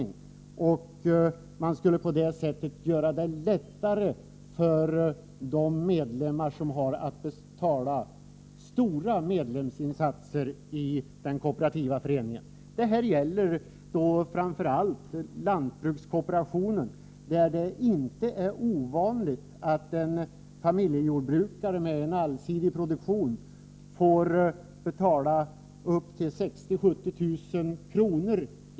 På det sättet skulle man göra det lättare för de medlemmar som har att betala stora medlemsinsatser i den kooperativa föreningen. Detta gäller framför allt lantbrukskooperationen, där det inte är ovanligt att en familjejordbrukare med en allsidig produktion får betala 60 000-70 000 kr.